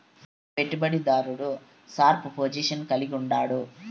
పెట్టుబడి దారుడు sharp position కలిగుండాడు